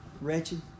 wretched